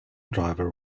driver